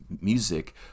music